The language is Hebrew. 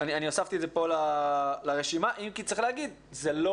הוספתי את זה לרשימה אם כי יש לומר שזה לא